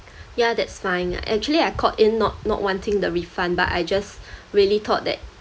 yeah that's fine actually I called in not not wanting the refund but I just really thought that